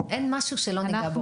אין משהו שלא ניגע בו.